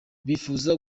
bipfuza